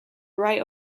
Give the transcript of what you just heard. write